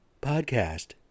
podcast